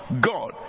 god